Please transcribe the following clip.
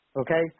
okay